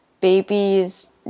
babies